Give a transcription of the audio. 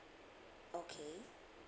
okay